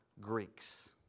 Greeks